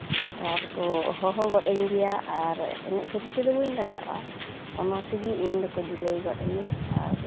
ᱟᱨᱠᱚ ᱦᱚᱦᱚ ᱜᱚᱫ ᱟᱹᱧ ᱜᱮᱭᱟ ᱟᱨ ᱮᱱᱮᱡ ᱥᱮᱨᱮᱧ ᱛᱮᱫᱚ ᱵᱟᱹᱧ ᱞᱟᱡᱟᱜᱼᱟ ᱚᱱᱟ ᱛᱮᱜᱮ ᱤᱧ ᱫᱚᱠᱚ ᱫᱤᱞᱟᱹᱭ ᱜᱚᱫ ᱤᱧᱟ